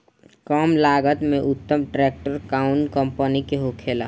कम लागत में उत्तम ट्रैक्टर कउन कम्पनी के होखेला?